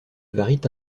varient